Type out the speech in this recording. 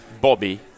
Bobby